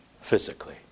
physically